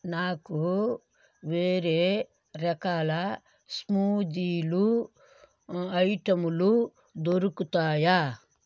నాకు వేరే రకాల స్మూదీలు ఐటెమ్లు దొరుకుతాయా